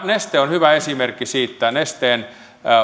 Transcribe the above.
neste on hyvä esimerkki siitä nesteen